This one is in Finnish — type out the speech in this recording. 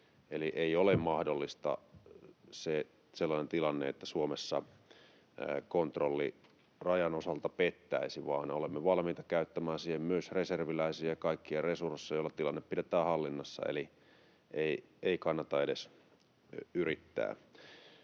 Eli ei ole mahdollista sellainen tilanne, että Suomessa kontrolli rajan osalta pettäisi, vaan olemme valmiita käyttämään siihen myös reserviläisiä ja kaikkia resursseja, jolla tilanne pidetään hallinnassa. Eli ei kannata edes yrittää.